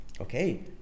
Okay